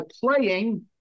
playing